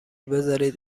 بذارید